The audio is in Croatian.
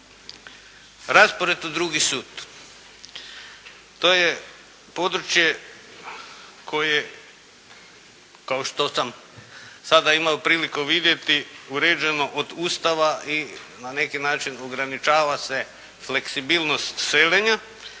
Raspored u drugi sud. To je područje koje kao što sam sada imao priliku vidjeti uređeno od Ustava i na neki način ograničava se fleksibilnost seljenja,